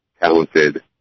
talented